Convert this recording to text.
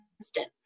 instant